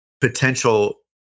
potential